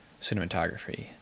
cinematography